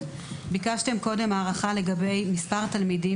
ביקשתם קודם הערכה למספר התלמידים